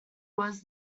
was